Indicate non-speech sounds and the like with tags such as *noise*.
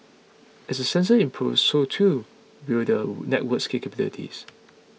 as the sensors improve so too will the *noise* network's capabilities